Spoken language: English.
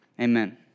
Amen